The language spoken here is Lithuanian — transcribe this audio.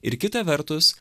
ir kita vertus